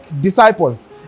disciples